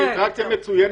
האינטראקציה מצוינת.